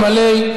אלמלא,